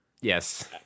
yes